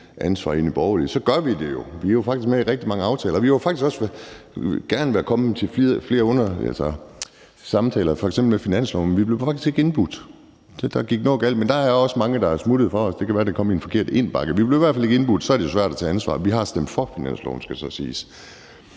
ansvar i Nye Borgerlige, så gør vi det jo. Vi er jo faktisk med i rigtig mange aftaler. Vi var også gerne kommet til flere samtaler om f.eks. finansloven, men vi blev faktisk ikke indbudt. Så der gik noget galt. Men der er også mange, der er smuttet fra os. Det kan være, at det kom i en forkert indbakke. Vi blev i hvert fald ikke indbudt, og så er det jo svært at tage ansvar. Vi har stemt for finansloven, skal det så siges.